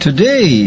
Today